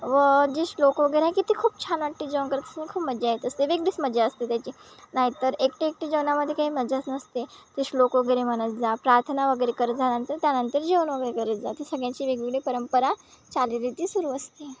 व जे श्लोक वगैरे आहे किती खूप छान वाटते जेवण करत असेल खूप मज्जा येत असते वेगळीच मज्जा असते त्याची नाहीतर एकटे एकटे जेवणामध्ये काही मजाच नसते ते श्लोक वगैरे म्हणत जा प्रार्थना वगैरे करत जा नंतर त्यानंतर जेवण वगैरे करत जा ती सगळ्यांची वेगवेगळी परंपरा चालीरीती सुरू असते